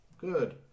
Good